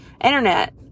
internet